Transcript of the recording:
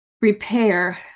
repair